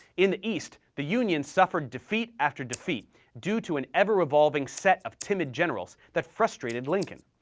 in the east, the union suffered defeat after defeat due to an ever-revolving set of timid generals that frustrated lincoln.